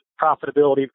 profitability